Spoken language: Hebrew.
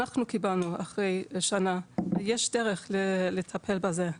אנחנו קיבלנו אחרי שנה, ויש דרך לטפל בזה,